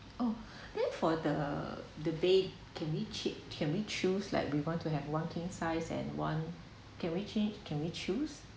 oh then for the the bed can we chang~ can be choose like we want to have one king size and one can we change can we choose